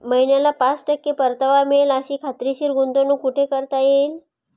महिन्याला पाच टक्के परतावा मिळेल अशी खात्रीशीर गुंतवणूक कुठे करता येईल?